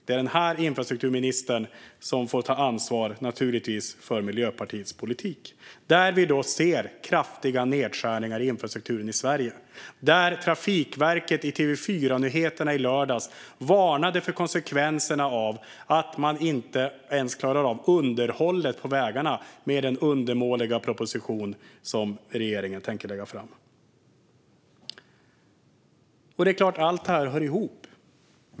Det är den här infrastrukturministern som får ta ansvar för Miljöpartiets politik, där vi ser kraftiga nedskärningar i infrastrukturen i Sverige. Trafikverket varnade i TV4:s Nyheterna i lördags för konsekvenserna av att man inte ens klarar av underhållet av vägarna med den undermåliga proposition som regeringen tänker lägga fram. Det är klart att allt det här hör ihop.